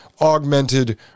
augmented